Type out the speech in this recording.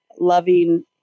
loving